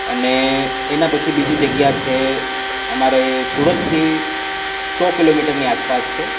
અને એના પછી બીજી જગ્યા છે અમારે સુરતથી સો કિલોમીટરની આસપાસ છે